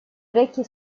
orecchie